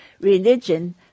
Religion